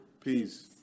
Peace